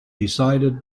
decided